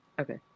Okay